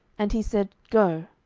and he said, go.